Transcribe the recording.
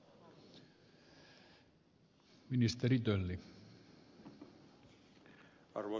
arvoisa puhemies